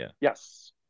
Yes